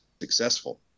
successful